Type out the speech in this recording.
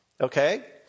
Okay